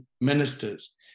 ministers